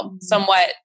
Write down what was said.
somewhat